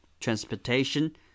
transportation